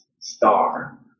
star